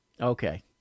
Okay